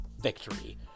victory